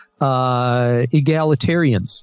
egalitarians